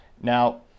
Now